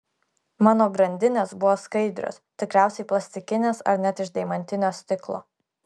mano grandinės buvo skaidrios tikriausiai plastikinės ar net iš deimantinio stiklo